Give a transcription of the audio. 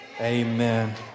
Amen